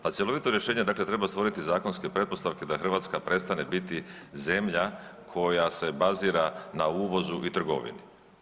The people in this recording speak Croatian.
Pa cjelovito rješenje dakle treba stvoriti zakonske pretpostavke da Hrvatska prestane biti zemlja koja se bazira na uvozu i trgovini.